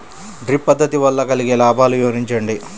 Drip పద్దతి వల్ల కలిగే లాభాలు వివరించండి?